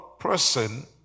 Person